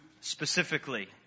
specifically